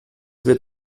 wird